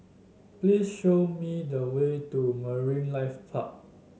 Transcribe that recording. please show me the way to Marine Life Park